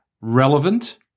relevant